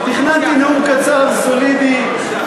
תכננתי נאום קצר, סולידי.